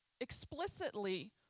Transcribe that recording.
explicitly